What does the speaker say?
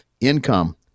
income